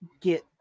get